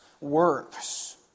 works